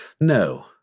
No